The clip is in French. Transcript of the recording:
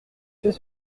fait